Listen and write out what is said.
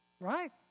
Right